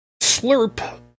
slurp